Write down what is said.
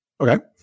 Okay